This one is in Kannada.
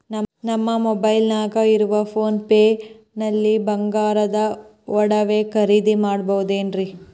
ನಮ್ಮ ಮೊಬೈಲಿನಾಗ ಇರುವ ಪೋನ್ ಪೇ ನಲ್ಲಿ ಬಂಗಾರದ ಒಡವೆ ಖರೇದಿ ಮಾಡಬಹುದೇನ್ರಿ?